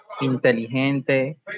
inteligente